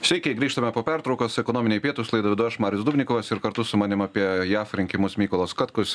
sveiki grįžtame po pertraukos ekonominiai pietūs laidą vedu aš marius dubnikovas ir kartu su manim apie jav rinkimus mykolas katkus